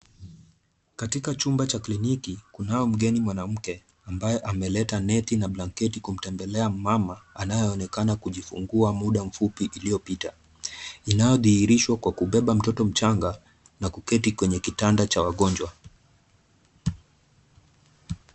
Katika chumba cha kliniki kunao mgeni mwanamke ambaye ameketi neti na blanketi kumtembelea mama anayeonekana kujifungua muda mfupi iliyopita inayodhihirishwa kwa kubeba mtoto mchanga na kuketi kwenye kitanda cha wagonjwa.